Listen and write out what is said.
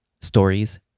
stories